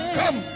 come